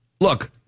Look